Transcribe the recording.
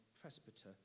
presbyter